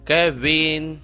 Kevin